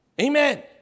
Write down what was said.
Amen